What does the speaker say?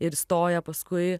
ir stoja paskui